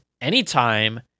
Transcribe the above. anytime